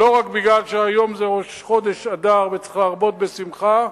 לא רק מפני שהיום ראש חודש אדר וצריך להרבות בשמחה,